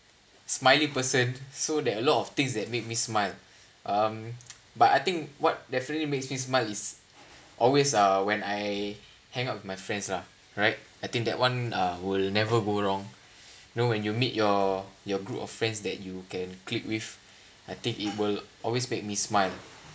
smiley person so there a lot of things that make me smile um but I think what definitely makes me smile is always uh when I hang out with my friends lah right I think that one uh will never go wrong you know when you meet your your group of friends that you can click with I think it will always make me smile